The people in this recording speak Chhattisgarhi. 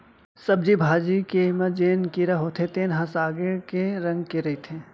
सब्जी भाजी के म जेन कीरा होथे तेन ह सागे के रंग के रहिथे